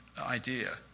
idea